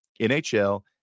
NHL